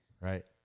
Right